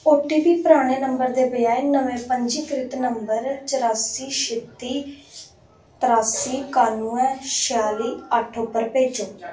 ओ T P पराने number दे बजाए नमें पंजीकृत नंबर चरासी छित्ती तरासी कानुऐ छेयाली अट्ठ उप्पर भेजो